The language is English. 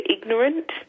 ignorant